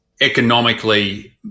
economically